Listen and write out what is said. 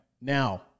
Now